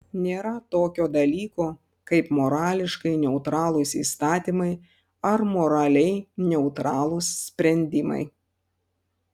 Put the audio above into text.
nėra tokio dalyko kaip morališkai neutralūs įstatymai ar moraliai neutralūs sprendiniai